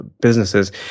businesses